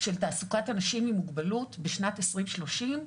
של תעסוקת אנשים עם מוגבלות בשנת 2030,